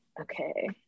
Okay